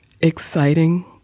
exciting